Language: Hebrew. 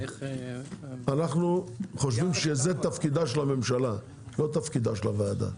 אנו חושבים שזה תפקיד הממשלה, לא תפקיד הוועדה.